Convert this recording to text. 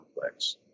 complex